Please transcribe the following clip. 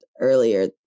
earlier